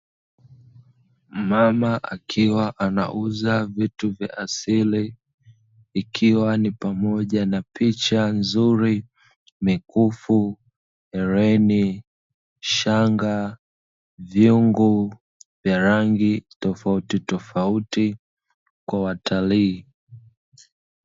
Mama akiwa anauza vitu vya asili, ikiwa ni pamoja na picha nzuri, mikufu, hereni, shanga, vyungu, vya rangi tofautitofauti kwa watalii.